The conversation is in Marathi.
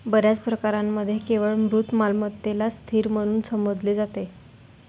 बर्याच प्रकरणांमध्ये केवळ मूर्त मालमत्तेलाच स्थिर म्हणून संबोधले जाते